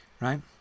right